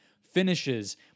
finishes